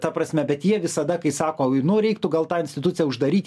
ta prasme bet jie visada kai sako nu reiktų gal tą instituciją uždaryt